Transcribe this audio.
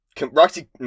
Roxy